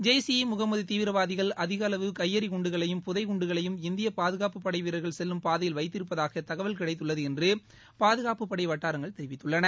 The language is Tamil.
ஜெய்ஸ் இ முகமது தீவிரவாதிகள் அதிகளவு கையெறி குண்டுகளையும் புதை குண்டுகளையும் இந்திய பாதுகாப்பு படை வீரர்கள் செல்லும் பாதையில் வைத்திருப்பதாக தகவல் கிளடத்துள்ளது என்று பாதுகாப்பு படை வட்டாரங்கள் தெரிவித்துள்ளன